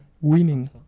winning